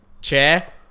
chair